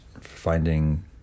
finding